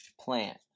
plant